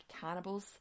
cannibals